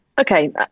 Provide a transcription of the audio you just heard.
Okay